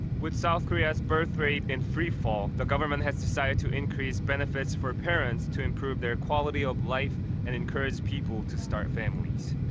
with south korea's birth rate in freefall, the government has decided to increase benefits for parents to improve their quality of life and encourage people to start families.